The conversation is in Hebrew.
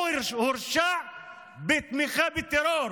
הוא הורשע בתמיכה בטרור,